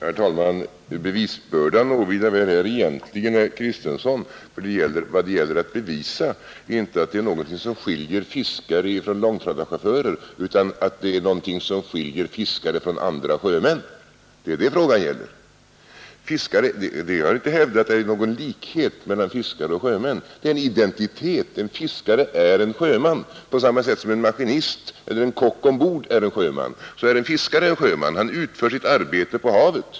Herr talman! Bevisbördan åvilar väl här egentligen herr Kristenson. Vad det gäller att bevisa är int4e att det är någonting som skiljer fiskare från långtradarchaufförer utan att det är någonting som skiljer fiskare från andra sjömän. Det är det frågan gäller. Vi har inte hävdat att det är någon likhet mellan fiskare och sjömän — det är en identitet: en fiskare är en sjöman. På samma sätt som en maskinist eller en kock ombord är en sjöman, är en fiskare en sjöman: han utför sitt arbete på havet.